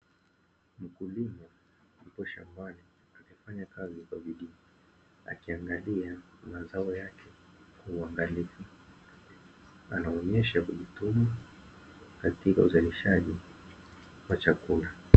Mkulima yupo shambani akifanya kazi kwa bidii, akiangalia mazao yake kwa uangalifu. Anaonyesha kujituma katika uzalishaji wa chakula.